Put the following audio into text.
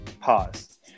Pause